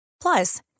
Plus